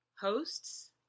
hosts